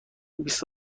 بیست